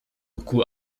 coût